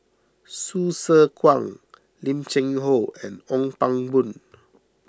Hsu Tse Kwang Lim Cheng Hoe and Ong Pang Boon